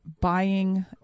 buying